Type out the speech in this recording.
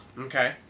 Okay